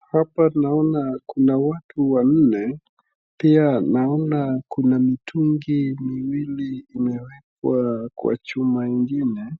Hapa naona kuna watu wanne pia naona kuna mitungi miwili imewekwa kwa chuma ingine,